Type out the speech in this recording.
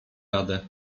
rady